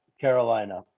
Carolina